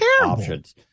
options